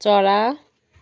चरा